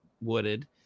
wooded